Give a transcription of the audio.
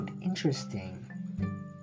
interesting